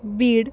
Beed